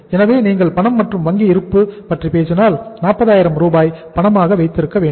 எனவே நீங்கள் பணம் மற்றும் வங்கி இருப்பு பற்றி பேசினால் 40000 ரூபாய் பணமாக வைத்திருக்க வேண்டும்